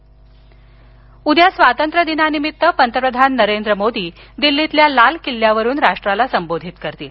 बातमीपत्र वेळ उद्या स्वातंत्र्यदिनानिमित्त पंतप्रधान नरेंद्र मोदी यांच्या दिल्लीतल्या लाल किल्ल्यावरील राष्ट्राला संबोधित करतील